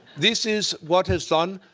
this is what it's done.